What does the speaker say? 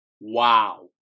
Wow